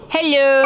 Hello